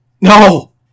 No